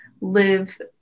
live